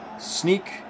Sneak